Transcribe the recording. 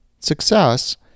Success